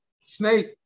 snake